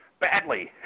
badly